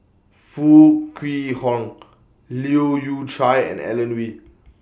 Foo Kwee Horng Leu Yew Chye and Alan Oei